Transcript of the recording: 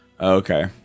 Okay